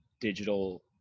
digital